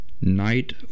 Night